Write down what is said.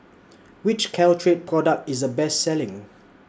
Which Caltrate Product IS The Best Selling